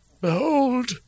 behold